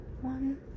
one